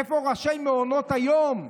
איפה ראשי מעונות היום,